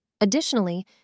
Additionally